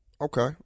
Okay